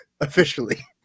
officially